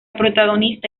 protagonista